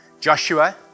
Joshua